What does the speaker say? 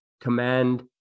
command